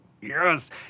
Yes